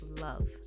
love